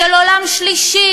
של עולם שלישי.